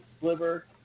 sliver